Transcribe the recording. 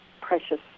precious